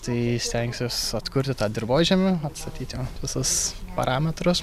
tai stengsiuos atkurti tą dirvožemį atstatyti visus parametrus